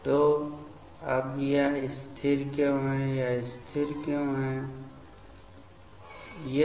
तो अब यह स्थिर क्यों है यह स्थिर क्यों है यह स्थिर क्यों है